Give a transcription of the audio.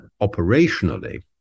operationally